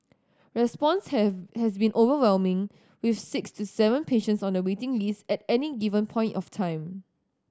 response has has been overwhelming with six to seven patients on the waiting list at any given point of time